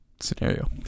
scenario